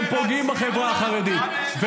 הם פוגעים בחברה החרדית.